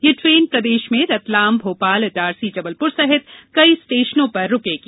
यह ट्रेन प्रदेश में रतलाम भोपाल इटारसी जबलपुर सहित कई स्टेशनों पर रुकेगी